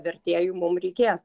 vertėjų mum reikės